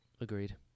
Agreed